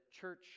church